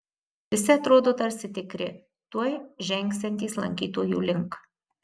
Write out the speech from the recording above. visi atrodo tarsi tikri tuoj žengsiantys lankytojų link